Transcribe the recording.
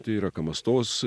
tai yra kamastos